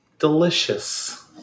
Delicious